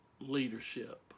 leadership